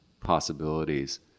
possibilities